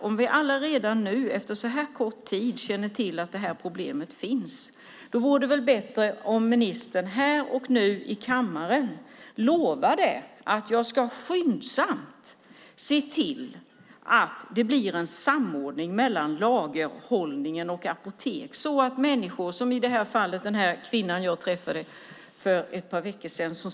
Om vi redan nu, efter så kort tid, känner till att detta problem finns vore det väl bättre om ministern här och nu i kammaren lovade att han skyndsamt ska se till att det blir en samordning när det gäller lagerhållning mellan apoteken så att människor inte råkar ut för det som till exempel den kvinna som jag träffade för ett par veckor sedan gjorde.